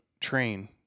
train